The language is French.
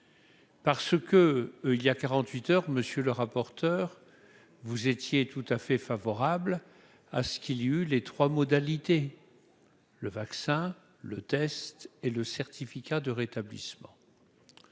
Parce que il y a 48 heures, monsieur le rapporteur, vous étiez tout à fait favorable à ce qu'il y a eu les 3 modalités le vaccin le test et le certificat de rétablissement